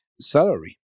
salary